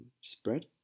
spread